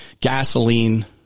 gasoline